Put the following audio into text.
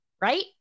right